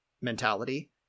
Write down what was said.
mentality